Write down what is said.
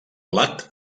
blat